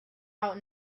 out